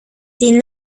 die